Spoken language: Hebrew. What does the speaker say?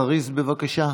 זריז, בבקשה.